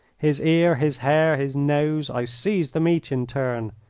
his ear, his hair, his nose, i seized them each in turn.